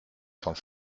sur